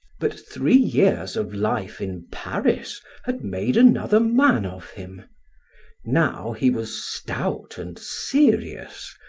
but three years of life in paris had made another man of him now he was stout and serious,